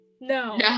No